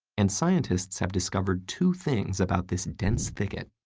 and scientists have discovered two things about this dense thicket.